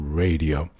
radio